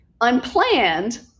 unplanned